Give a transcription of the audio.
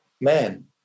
man